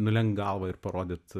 nulenkt galvą ir parodyt